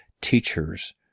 teachers